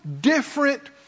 different